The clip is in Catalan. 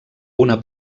una